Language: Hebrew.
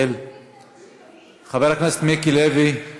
חבר הכנסת מיקי לוי;